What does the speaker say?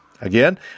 Again